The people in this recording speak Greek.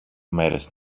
μέρες